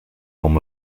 form